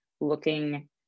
looking